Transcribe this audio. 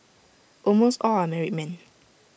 almost all are married men